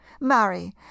Marry